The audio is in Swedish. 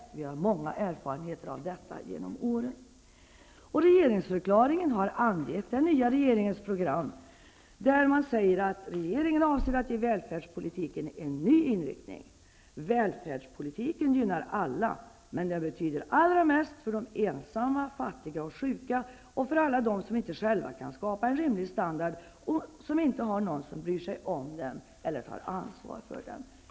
Det har under åren funnits många erfarenheter av detta. Av regeringsförklaringen framgår den nya regeringens program, bl.a. att regeringen avser att ge välfärdspolitiken en ny inriktning. Välfärdspolitiken gynnar alla. Men den betyder allra mest för de ensamma, fattiga och sjuka, för alla dem som själva inte kan skapa en rimlig standard och för dem som inte har någon som bryr sig om dem eller tar ansvar för dem.